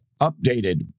Updated